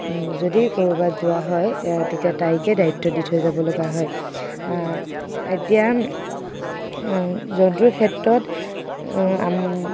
যদি ক'ৰবাত যোৱা হয় তেতিয়া তাইকে দায়িত্ব দি থৈ যাব লগা হয় এতিয়া জন্তুৰ ক্ষেত্ৰত